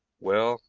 well